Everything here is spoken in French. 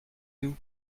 nous